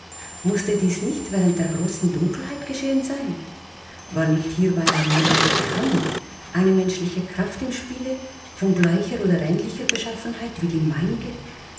mußte dies nicht während der großen dunkelheit geschehen sein war nicht hierbei eine menschliche hand eine menschliche kraft im spiele von gleicher oder ähnlicher beschaffenheit wie die meinige